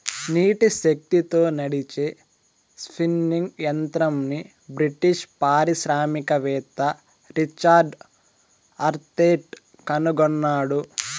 నీటి శక్తితో నడిచే స్పిన్నింగ్ యంత్రంని బ్రిటిష్ పారిశ్రామికవేత్త రిచర్డ్ ఆర్క్రైట్ కనుగొన్నాడు